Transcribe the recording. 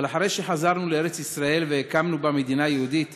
אבל אחרי שחזרנו לארץ-ישראל והקמנו בה מדינה יהודית